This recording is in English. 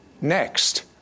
Next